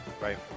right